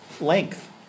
length